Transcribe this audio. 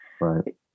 right